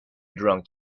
drunk